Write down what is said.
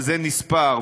זה נספר,